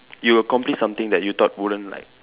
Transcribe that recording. you accomplish something that you thought wouldn't like